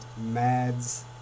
Mad's